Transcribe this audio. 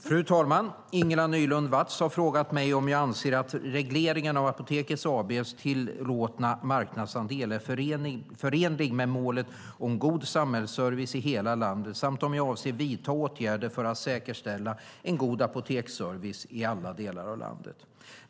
Fru talman! Ingela Nylund Watz har frågat mig om jag anser att regleringen av Apoteket AB:s tillåtna marknadsandel är förenlig med målet om god samhällsservice i hela landet samt om jag avser att vidta åtgärder för att säkerställa en god apoteksservice i alla delar av landet.